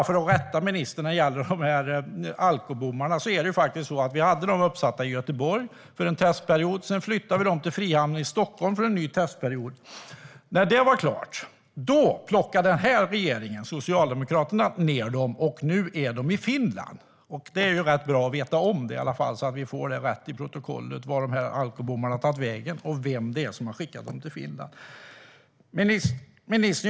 För att rätta ministern när det gäller alkobommarna är det faktiskt så att vi hade dem uppsatta i Göteborg för en testperiod. Sedan flyttade vi dem till Frihamnen i Stockholm för en ny testperiod. När den var klar plockade regeringen - Socialdemokraterna - ned dem, och nu är de i Finland. Det är rätt bra att veta om det, så att vi får det rätt i protokollet om vart alkobommarna har tagit vägen och vem det är som har skickat dem till Finland. Ministern!